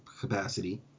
capacity